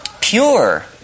pure